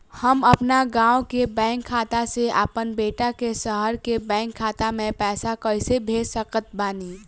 हम अपना गाँव के बैंक खाता से अपना बेटा के शहर के बैंक खाता मे पैसा कैसे भेज सकत बानी?